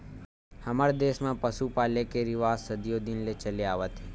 हमर देस म पसु पाले के रिवाज सदियो दिन ले चलत आवत हे